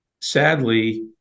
Sadly